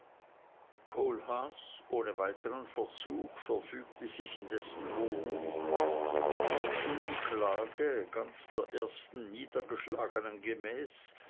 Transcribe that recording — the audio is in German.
kohlhaas ohne weiteren verzug verfügte sich in dessen wohnung und nachdem die klage ganz der ersten niedergeschlagenen gemäß